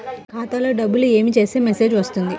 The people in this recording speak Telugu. మన ఖాతాలో డబ్బులు ఏమి చేస్తే మెసేజ్ వస్తుంది?